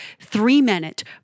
three-minute